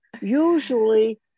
Usually